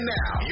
now